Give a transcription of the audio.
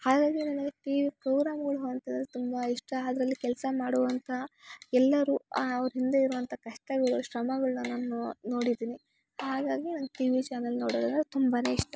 ಹಾಗಾಗಿ ನನಗೆ T V ಪ್ರೋಗ್ರಾಮ್ಗಳು ಅಂತಂದರೆ ತುಂಬ ಇಷ್ಟ ಅದ್ರಲ್ಲಿ ಕೆಲಸ ಮಾಡುವಂಥ ಎಲ್ಲರೂ ಅವ್ರ ಹಿಂದೆ ಇರುವಂಥ ಕಷ್ಟಗಳು ಶ್ರಮಗಳ್ನ ನಾನು ನೋಡಿದೀನಿ ಹಾಗಾಗಿ ನಂಗೆ ಟಿ ವಿ ಚಾನೆಲ್ ನೋಡೋದಂದರೆ ತುಂಬಾ ಇಷ್ಟ